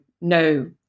no